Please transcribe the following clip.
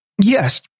yes